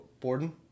Borden